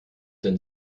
denn